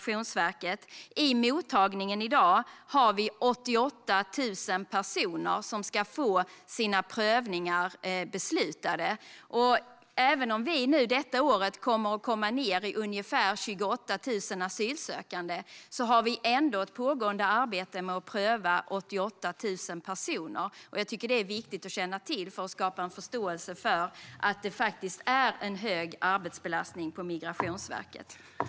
I mottagningen finns det i dag 88 000 personer som väntar på att få beslut. Även om man under detta år kommer ned i ungefär 28 000 asylsökande pågår det ändå ett arbete med att pröva ansökningar från 88 000 personer. Det är viktigt att känna till för att man ska skapa en förståelse för att det är en hög arbetsbelastning på Migrationsverket.